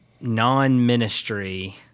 non-ministry